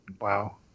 wow